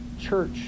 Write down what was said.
church